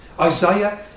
Isaiah